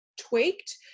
tweaked